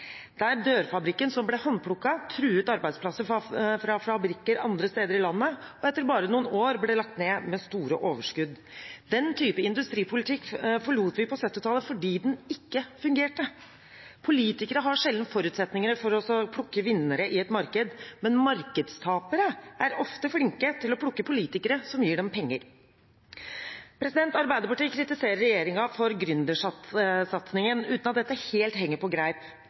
Årdal, der dørfabrikken som ble håndplukket, truet arbeidsplasser på fabrikker andre steder i landet og etter bare noen år ble lagt ned med store underskudd. Den type industripolitikk forlot vi på 1970-tallet fordi den ikke fungerte. Politikere har sjelden forutsetninger for å plukke vinnere i et marked, men markedstapere er ofte flinke til å plukke politikere som gir dem penger. Arbeiderpartiet kritiserer regjeringen for gründersatsingen, uten at dette helt henger på greip.